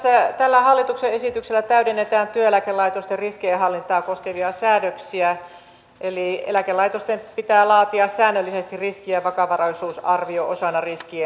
tällä hallituksen esityksellä täydennetään työeläkelaitosten riskienhallintaa koskevia säädöksiä eli eläkelaitosten pitää laatia säännöllisesti riski ja vakavaraisuusarvio osana riskienhallintaa